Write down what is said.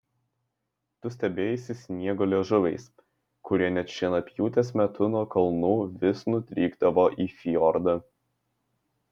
tu stebėjaisi sniego liežuviais kurie net šienapjūtės metu nuo kalnų vis nudrykdavo į fjordą